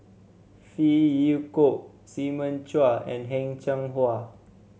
Phey Yew Kok Simon Chua and Heng Cheng Hwa